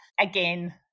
again